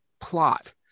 plot